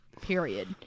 Period